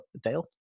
Dale